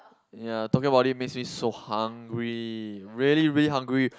ya talking about this make me so hungry really really hungry